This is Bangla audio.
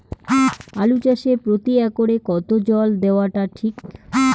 আলু চাষে প্রতি একরে কতো জল দেওয়া টা ঠিক?